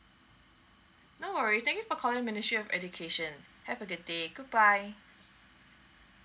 no worries thank you for calling ministry of education have a good day goodbye